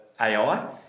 AI